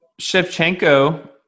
Shevchenko